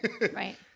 Right